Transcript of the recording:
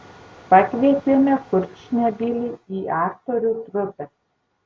pakvietėme kurčnebylį į aktorių trupę